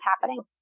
happening